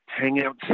hangout